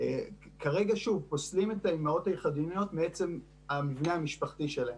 כרגע פוסלים את האימהות היחידניות מעצם המבנה המשפחתי שלהן.